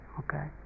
okay